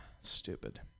stupid